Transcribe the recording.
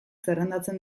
zerrendatzen